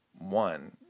one